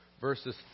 verses